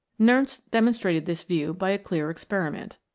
nernst demonstrated this view by a clear experiment.